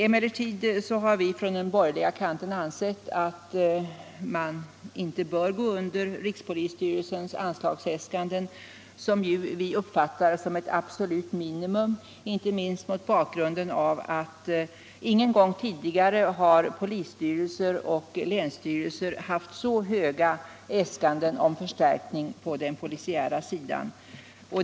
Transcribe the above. Emellertid har vi från den borgerliga kanten ansett att man inte bör gå under rikspolisstyrelsens anslagsäskanden, som vi uppfattar som ett absolut minimum, inte minst mot bakgrund av att polisstyrelser och länsstyrelser ingen gång tidigare haft så höga äskanden om förstärkning på den polisiära sidan som nu.